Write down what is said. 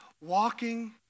walking